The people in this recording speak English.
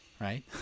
right